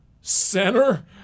center